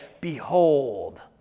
Behold